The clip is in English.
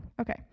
okay